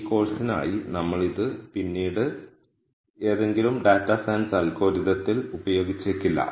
ഈ കോഴ്സിനായി നമ്മൾ ഇത് പിന്നീട് ഏതെങ്കിലും ഡാറ്റാ സയൻസ് അൽഗോരിതത്തിൽ ഉപയോഗിച്ചേക്കില്ല